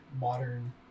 modern